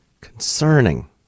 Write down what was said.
concerning